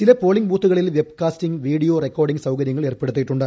ചില polling ബൂത്തുകളിൽ വെബ്കാസ്റ്റിൽ പ്രീഡിയോ റെക്കോഡിംഗ് സൌകര്യ ഏർപ്പെടുത്തിയിട്ടുണ്ട്